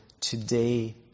today